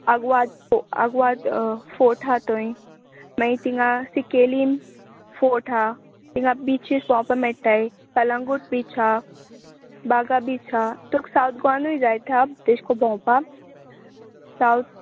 Aguada Aguada fort आहा थंय मागीर तिंगा सिकेलीम फोर्ट हा थिंगां बिचीस पळोवपा मेळटाय कलांगूट बीच आहा बागा बीच आहा तुका सावथ गोवानूय जायते हा तेश को भोंवपा सावत